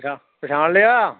ਪਛਾ ਪਛਾਣ ਲਿਆ